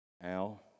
Al